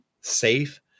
safe